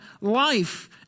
life